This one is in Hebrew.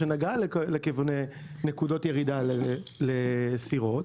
שנגעה לנקודות ירידה לסירות.